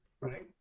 right